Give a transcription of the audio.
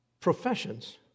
professions